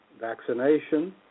Vaccination